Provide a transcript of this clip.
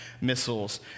missiles